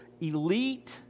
elite